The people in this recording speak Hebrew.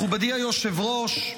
מכובדי היושב-ראש,